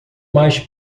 mais